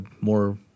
more